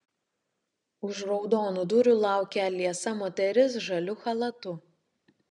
už raudonų durų laukia liesa moteris žaliu chalatu